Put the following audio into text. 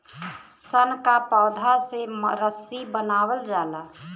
सन क पौधा से रस्सी बनावल जाला